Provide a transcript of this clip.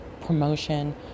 promotion